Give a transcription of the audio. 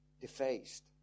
defaced